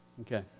Okay